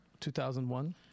2001